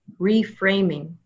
reframing